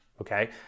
Okay